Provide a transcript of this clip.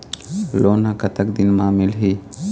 Loan ह कतक दिन मा मिलही?